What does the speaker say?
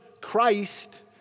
Christ